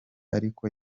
ariko